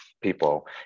people